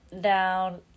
down